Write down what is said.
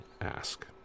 ask